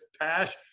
passion